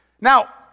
Now